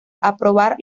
aprobar